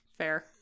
fair